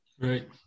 Right